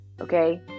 okay